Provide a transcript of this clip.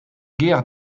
guerres